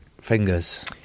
fingers